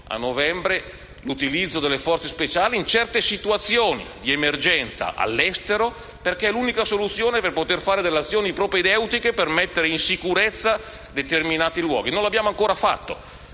concordo sull'utilizzo delle forze speciali in certe situazioni di emergenza all'estero, perché è l'unica soluzione per poter fare azioni propedeutiche alla messa in sicurezza di determinati luoghi. Non l'abbiamo ancora fatto,